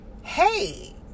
hey